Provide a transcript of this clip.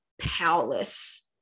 powerless